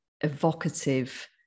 evocative